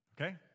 okay